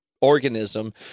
organism